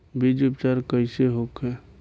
बीज उपचार कइसे होखे?